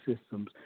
systems